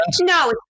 No